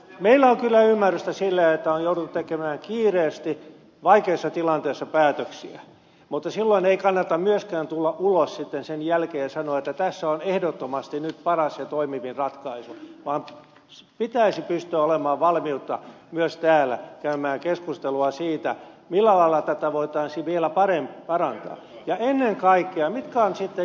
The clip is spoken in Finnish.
meillä on kyllä ymmärrystä sille että on jouduttu tekemään kiireesti vaikeassa tilanteessa päätöksiä mutta silloin ei kannata myöskään tulla ulos sen jälkeen ja sanoa että tässä on ehdottomasti nyt paras ja toimivin ratkaisu vaan pitäisi olla valmiutta myös täällä käydä keskustelua siitä millä lailla tätä voitaisiin vielä parantaa ja ennen kaikkea siitä mikä on sitten jatko